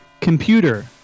Computer